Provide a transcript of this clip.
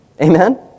Amen